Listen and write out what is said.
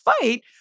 fight